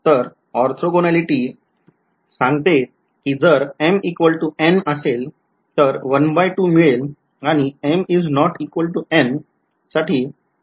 तर ऑर्थोगोनॅलिटी सांगते कि जर m n असेल तर १२ मिळेल आणि तर शून्य मिळेल